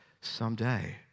someday